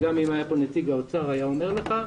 גם אם היה כאן נציג משרד האוצר, היה אומר לך.